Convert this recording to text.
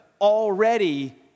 already